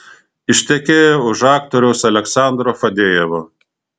ištekėjo už aktoriaus aleksandro fadejevo